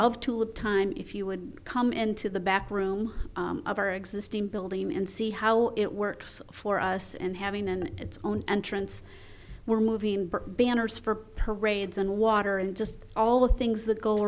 tulip time if you would come into the back room of our existing building and see how it works for us and having an it's own entrance we're moving banners for parades and water and just all the things that go